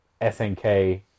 SNK